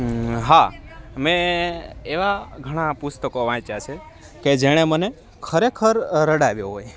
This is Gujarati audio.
હા મેં એવા ઘણા પુસ્તકો વાંચ્યા છે કે જેણે મને ખરેખર રડાવ્યો હોય